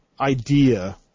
idea